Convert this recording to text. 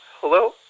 Hello